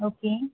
okay